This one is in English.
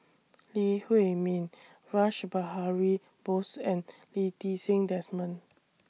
Lee Huei Min Rash Behari Bose and Lee Ti Seng Desmond